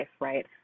right